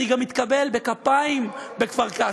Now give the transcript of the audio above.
אני גם אתקבל בכפיים בכפר-קאסם,